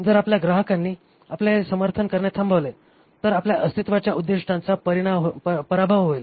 जर आपल्या ग्राहकांनी आपले समर्थन करणे थांबवले तर आपल्या अस्तित्वाच्या उद्दीष्टाचा पराभव होईल